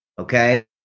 Okay